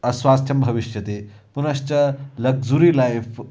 अस्वास्थ्यं भविष्यति पुनश्च लग्ज़ुरि लैफ़्